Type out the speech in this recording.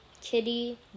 Kitty